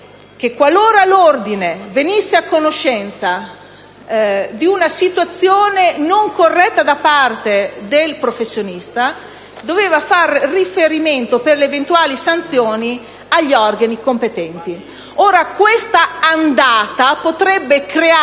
che qualora l'ordine venisse a conoscenza di una situazione non corretta da parte del professionista, doveva far riferimento per le eventuali sanzioni agli organi competenti. Questa andata potrebbe creare